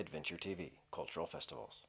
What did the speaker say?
adventure t v cultural festivals